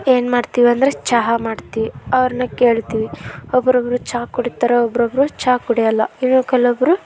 ಏನು ಮಾಡ್ತೀವಿ ಅಂದರೆ ಚಹಾ ಮಾಡ್ತೀವಿ ಅವರನ್ನ ಕೇಳ್ತೀವಿ ಒಬ್ಬೊಬ್ರು ಚಹಾ ಕುಡೀತಾರೆ ಒಬ್ಬೊಬ್ರು ಚಹಾ ಕುಡಿಯೋಲ್ಲ ಇನ್ನು ಕೆಲವೊಬ್ಬರು